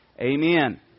Amen